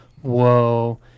whoa